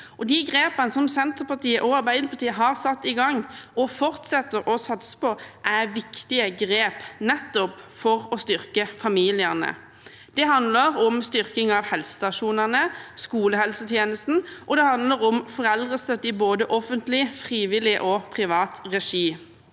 De grepene som Senterpartiet og Arbeiderpartiet har satt i gang og fortsetter å satse på, er viktige for nettopp å styrke familiene. Det handler om styrking av helsestasjonene og skolehelsetjenesten, og det handler om foreldrestøtte i både offentlig, frivillig og privat regi.